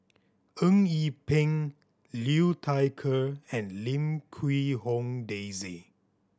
Eng Yee Peng Liu Thai Ker and Lim Quee Hong Daisy